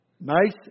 Nice